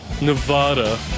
Nevada